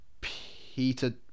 Peter